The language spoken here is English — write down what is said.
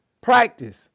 Practice